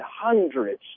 hundreds